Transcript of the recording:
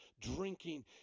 drinking